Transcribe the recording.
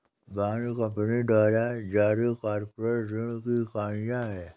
bond company द्वारा जारी corporate ऋण की इकाइयां हैं